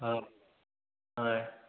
অ হয়